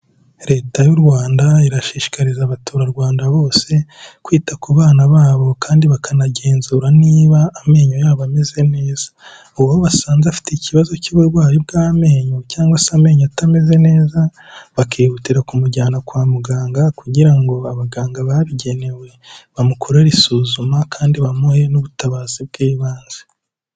Leta y'u Rwanda irashishikariza abaturarwanda bose kwita ku bana babo kandi bakanagenzura niba amenyo yabo ameze neza, uwo basanze afite ikibazo cy'uburwayi bw'amenyo cyangwa se amenyo atameze neza, bakihutira kumujyana kwa muganga kugira ngo abaganga babigenewe bamukorere isuzuma kandi bamuhe n'ubutabazi bw'ibanze.